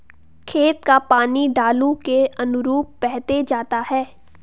खेत का पानी ढालू के अनुरूप बहते जाता है